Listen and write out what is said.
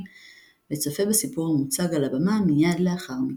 וצופה בסיפור המוצג על הבמה מיד לאחר מכן.